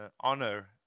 honor